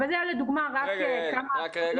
אבל זה היה לדוגמה רק כמה הפעילות --- רק רגע,